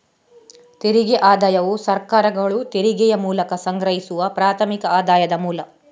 ತೆರಿಗೆ ಆದಾಯವು ಸರ್ಕಾರಗಳು ತೆರಿಗೆಯ ಮೂಲಕ ಸಂಗ್ರಹಿಸುವ ಪ್ರಾಥಮಿಕ ಆದಾಯದ ಮೂಲ